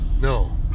No